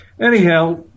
Anyhow